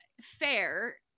Fair